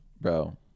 Bro